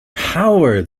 power